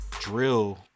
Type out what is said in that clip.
drill